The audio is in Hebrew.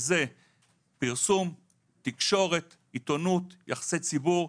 זה פרסום, תקשורת, עיתונות, יחסי ציבור.